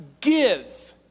give